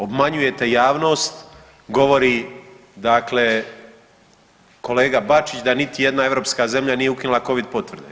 Obmanjujete javnost, govori dakle kolega Bačić da niti jedna europska zemlja nije ukinula Covid potvrde.